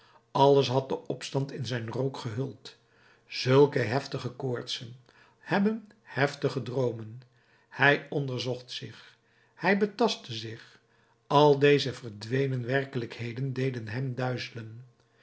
alles had de opstand in zijn rook gehuld zulke heftige koortsen hebben heftige droomen hij onderzocht zich hij betastte zich al deze verdwenen werkelijkheden deden hem duizelen